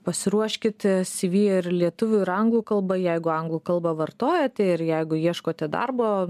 pasiruoškit cv ir lietuvių ir anglų kalba jeigu anglų kalbą vartojat ir jeigu ieškote darbo